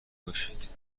باشید